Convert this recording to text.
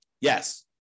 Yes